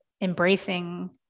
embracing